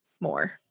more